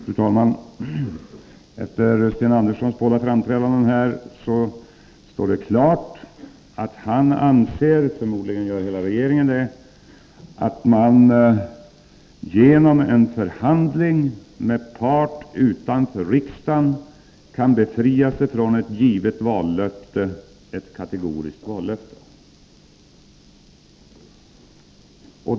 Fru talman! Efter Sten Anderssons båda framträdanden står det klart att han och förmodligen hela regeringen anser att man genom en förhandling med en part utanför riksdagen kan befria sig från ett givet, kategoriskt vallöfte.